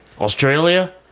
Australia